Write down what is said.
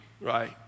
right